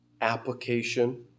application